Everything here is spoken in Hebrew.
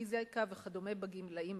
בפיזיקה וכדומה בגילים אלה,